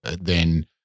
then-